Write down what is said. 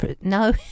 No